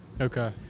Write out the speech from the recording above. Okay